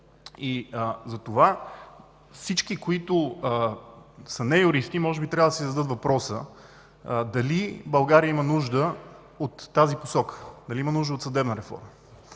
И затова всички, които са неюристи, може би трябва да си зададат въпроса дали България има нужда от тази посока, дали има нужда от съдебна реформа.